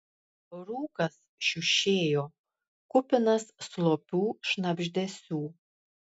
rūkas šiušėjo kupinas slopių šnabždesių